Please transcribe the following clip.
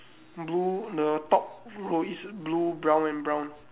blue the top row is blue brown and brown